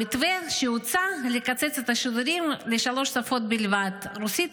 המתווה שהוצע הוא לקצץ את השידורים לשלוש שפות בלבד: רוסית,